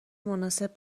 مناسب